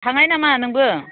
थांनो नामा नोंबो